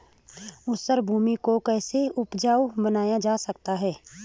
ऊसर भूमि को कैसे उपजाऊ बनाया जा सकता है?